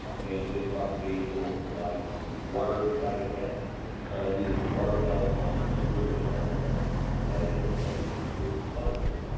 and this property will provide the water habitat needed for water fowl as well as the woodland habitat that is needed for songbirds.